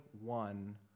one